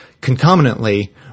Concomitantly